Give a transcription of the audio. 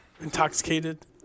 Intoxicated